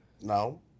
No